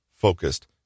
focused